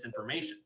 disinformation